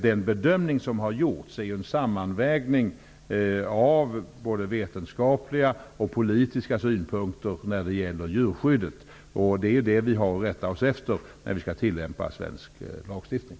Den bedömning som har gjorts är en sammanvägning av vetenskapliga och politiska synpunkter när det gäller djurskyddet. Det är detta vi har att rätta oss efter när vi skall tillämpa svensk lagstiftning.